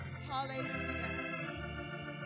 Hallelujah